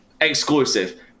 exclusive